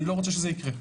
אני לא רוצה שזה יקרה.